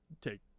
take